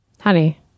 honey